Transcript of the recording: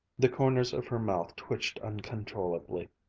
the corners of her mouth twitched uncontrollably.